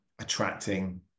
attracting